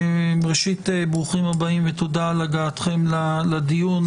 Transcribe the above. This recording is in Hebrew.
ברוכים הבאים ותודה על הגעתכם לדיון.